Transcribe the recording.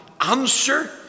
answer